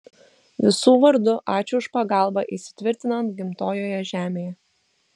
visų vardu ačiū už pagalbą įsitvirtinant gimtojoje žemėje